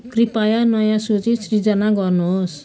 कृपया नयाँ सूची सिर्जना गर्नुहोस्